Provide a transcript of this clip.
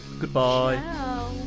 Goodbye